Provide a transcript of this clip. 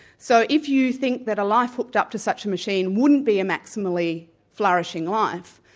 so if you think that a life hooked up to such a machine wouldn't be a maximally flourishing life,